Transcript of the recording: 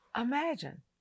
Imagine